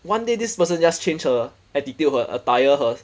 one day this person just changed her attitude her attire her